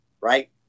right